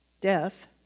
death